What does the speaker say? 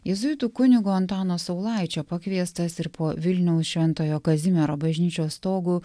jėzuitų kunigo antano saulaičio pakviestas ir po vilniaus šventojo kazimiero bažnyčios stogu